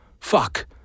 Fuck